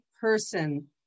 person